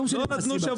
לא ניתנו שבוע.